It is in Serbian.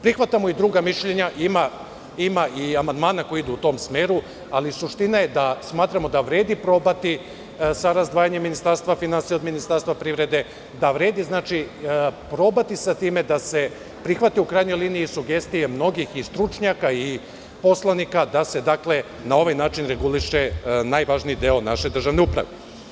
Prihvatamo i druga mišljenja, ima amandmana koji idu u tom smeru, ali, suština je da smatramo da vredi probati sa razdvajanjem ministarstva finansije od ministarstva privrede, da vredi probati sa time da se prihvate, u krajnjoj liniji, sugestije mnogih stručnjaka i poslanika da se na ovaj način reguliše najvažniji deo naše državne uprave.